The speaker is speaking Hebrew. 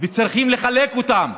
וצריכים לחלק אותן.